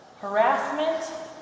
Harassment